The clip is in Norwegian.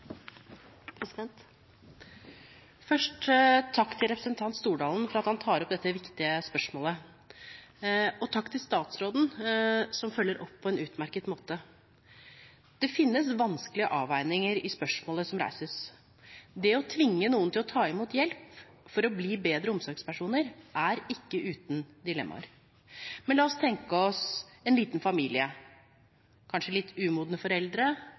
Først takk til representanten Stordalen for at han tar opp dette viktige spørsmålet, og takk til statsråden som følger opp på en utmerket måte. Det finnes vanskelige avveininger i spørsmålet som reises. Det å tvinge noen til å ta imot hjelp for å bli bedre omsorgspersoner er ikke uten dilemmaer. Men la oss tenke oss en liten familie – kanskje litt umodne foreldre,